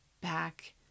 back